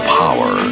power